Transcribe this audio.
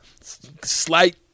slight